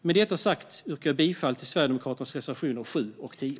Med detta sagt yrkar jag bifall till Sverigedemokraternas reservationer 7 och 10.